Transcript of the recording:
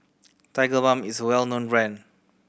Tigerbalm is well known brand